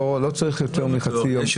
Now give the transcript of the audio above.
לא צריך יותר מחצי יום, חוץ מלימודים.